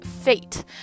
fate